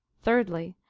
thirdly,